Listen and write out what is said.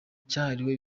cyahariwe